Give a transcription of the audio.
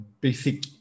basic